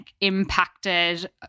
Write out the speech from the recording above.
impacted